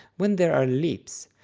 when there are leaps,